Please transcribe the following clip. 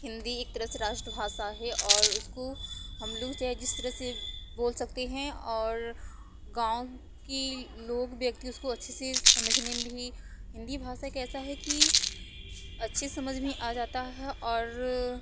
हिंदी एक तरह से राष्ट्रभाषा है और उसको हम लोग चाहे जिस तरह से बोल सकते हैं और गाँव की लोग व्यक्ति उसको अच्छी से समझने में भी हिंदी भाषा कैसा है कि अच्छी समझ में आ जाता है और